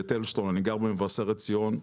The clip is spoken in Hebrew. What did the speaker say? אני גר במבשרת ציון.